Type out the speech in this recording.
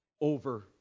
over